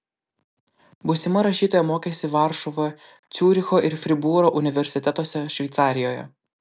būsima rašytoja mokėsi varšuvoje ciuricho ir fribūro universitetuose šveicarijoje